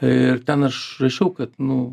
ir ten aš rašau kad nu